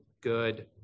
good